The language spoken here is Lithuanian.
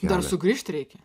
dar sugrįžt reikia